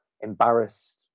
embarrassed